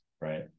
right